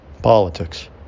politics